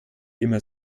immer